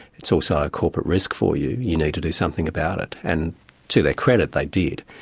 it's also a corporate risk for you you need to do something about it. and to their credit, they did.